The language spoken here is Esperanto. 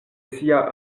sia